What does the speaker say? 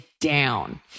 down